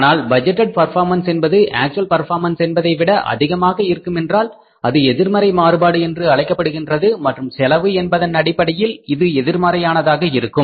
ஆனால் budgeted performance என்பது actual performance என்பதை விட அதிகமாக இருக்குமென்றால் அது எதிர்மறை மாறுபாடு என்று அழைக்கப்படுகின்றது மற்றும் செலவு என்பதன் அடிப்படையில் இது எதிர்மறையானதாக இருக்கும்